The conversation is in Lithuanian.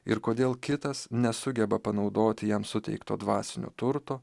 ir kodėl kitas nesugeba panaudoti jam suteikto dvasinio turto